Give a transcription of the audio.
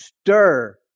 stir